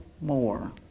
more